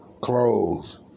clothes